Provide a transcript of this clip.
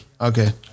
Okay